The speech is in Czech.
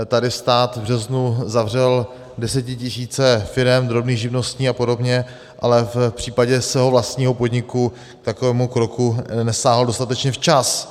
Tady stát v březnu zavřel desetitisíce firem, drobných živností apod., ale v případě svého vlastního podniku k takovému kroku nezasáhl dostatečně včas.